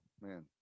man